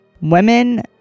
Women